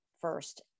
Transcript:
first